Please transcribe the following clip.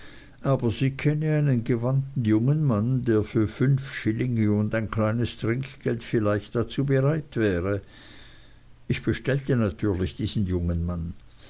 aber sie kenne einen gewandten jungen mann der für fünf schillinge und ein kleines trinkgeld vielleicht dazu bereit wäre ich bestellte natürlich diesen jungen mann